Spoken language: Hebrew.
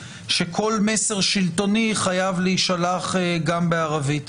שכל מסר שלטוני חייב להישלח גם בערבית.